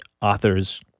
authors